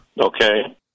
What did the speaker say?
Okay